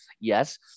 yes